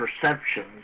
perceptions